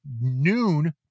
noon